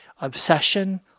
obsession